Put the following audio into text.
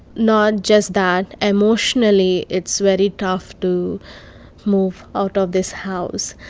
not just that emotionally, it's very tough to move out of this house.